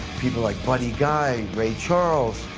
people like buddy guy, ray charles,